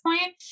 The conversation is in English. point